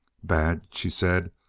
bad? she said,